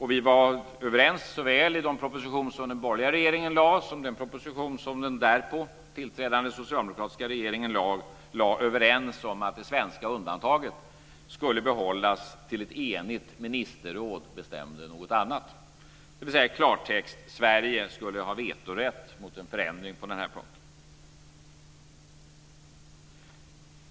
Vi var såväl i de propositioner som den borgerliga regeringen lade fram som i de den därpå tillträdande socialdemokratiska regeringen lade fram överens om att det svenska undantaget skulle behållas tills ett enigt ministerråd bestämde något annat, dvs. i klartext: Sverige skulle ha vetorätt mot en förändring på den här punkten.